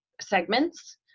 segments